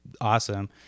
awesome